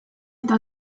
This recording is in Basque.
eta